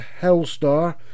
Hellstar